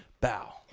bow